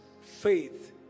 faith